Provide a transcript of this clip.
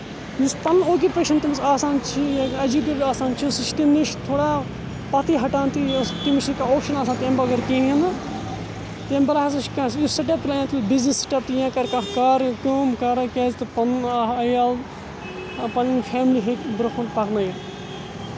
یُس پَنُن اوکِپیشَن تٔمِس آسان چھُ یا ایجُوکیٹٔڈ آسان چھُ سُہ چھُ تَمہِ نِش تھوڑا پَتھٕے ہَٹان تہٕ تٔمِس چھُ نہٕ کانٛہہ اوپشن آسان تَمہِ بَغٲر کِہیںۍ نہٕ تَمہِ بدلہٕ ہسا چھُ کیٚنٛہہ یُس سِٹیپ تُلہِ یا تُلہِ بِزنس سٹیپ یا کرِ کانٛہہ کارٕ کٲم کارا کیازِ کہِ پَنُن عیال پَنٕنۍ فیملی ہیٚکہِ برونہہ کُن پَکناوِتھ